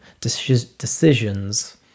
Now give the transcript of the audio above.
decisions